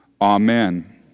Amen